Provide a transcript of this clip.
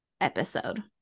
episode